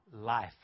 Life